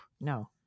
No